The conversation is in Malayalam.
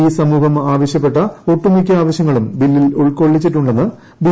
ഈ സമൂഹം ആവശ്യപ്പെട്ട ഒട്ടുമിക്ക ആവശ്യങ്ങളും ബില്ലിൽ ഉൾക്കൊള്ളിച്ചിട്ടുണ്ടെന്ന് ബി